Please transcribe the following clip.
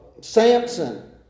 Samson